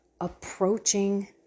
approaching